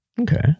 Okay